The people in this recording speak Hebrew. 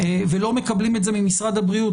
ולא מקבלים את זה ממשרד הבריאות,